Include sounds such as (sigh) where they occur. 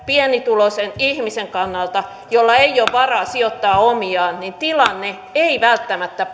pienituloisen ihmisen kannalta jolla ei ole varaa sijoittaa omiaan tilanne ei välttämättä (unintelligible)